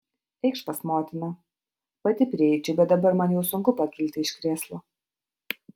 eikš pas motiną pati prieičiau bet dabar man jau sunku pakilti iš krėslo